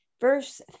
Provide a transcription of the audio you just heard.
Verse